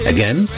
Again